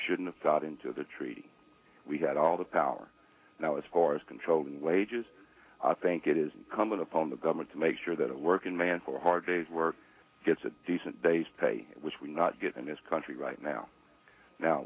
shouldn't go out into the treaty we had all the power now as far as controlling wages i think it is coming upon the government to make sure that a working man for a hard day's work gets a decent day's pay which we not get in this country right now now